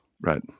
Right